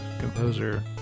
composer